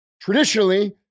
Traditionally